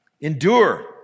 Endure